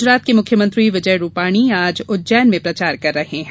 गुजरात के मुख्यमंत्री विजय रुपाणी आज उज्जैन में प्रचार कर रहे है